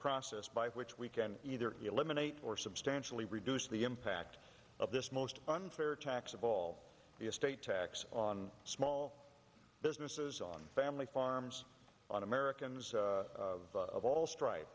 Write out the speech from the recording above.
process by which we can either eliminate or substantially reduce the impact of this most unfair tax of all the estate tax on small businesses on family farms on americans of all stri